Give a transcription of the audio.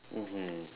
mmhmm